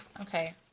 Okay